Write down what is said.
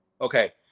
Okay